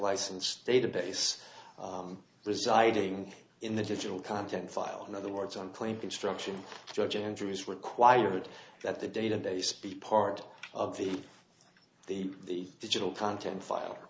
license database residing in the digital content file in other words on claim construction judge andrew is required that the database be part of the the digital content file